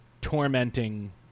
tormenting